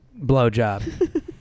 blowjob